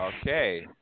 Okay